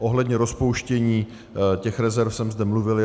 Ohledně rozpouštění těch rezerv jsem zde mluvil.